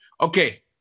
okay